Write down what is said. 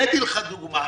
הבאתי לך דוגמה